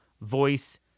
voice